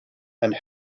and